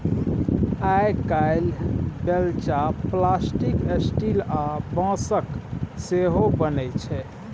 आइ काल्हि बेलचा plastic, steel आ बाँसक सेहो बनै छै